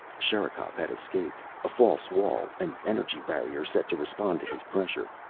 sherikov had escaped. a false wall, an energy barrier set to respond to his pressure.